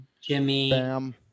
Jimmy